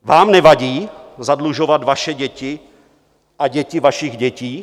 Vám nevadí zadlužovat vaše děti a děti vašich dětí?